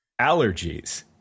Allergies